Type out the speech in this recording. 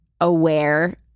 aware